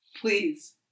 Please